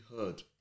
heard